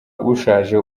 ushaje